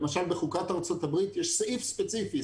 למשל בחוקת ארצות הברית יש סעיף ספציפי,